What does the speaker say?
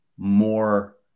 more